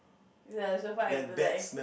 ya so far I'm too nice